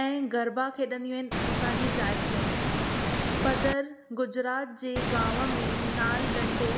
ऐं गरबा खेढ़ंनिदीयूं आहिनि उतां जी जाईफ़ू पदर गुजरात जे गांव में नाल ॾंडे